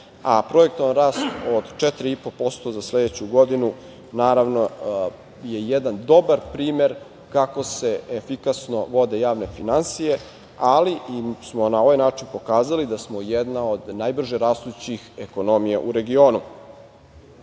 a projektovan rast od 4,5% za sledeću godinu, naravno, je jedan dobar primer kako se efikasno vode javne finansije, ali smo na ovaj način pokazali da smo jedna od najbrže rastućih ekonomija u regionu. Mi